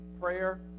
prayer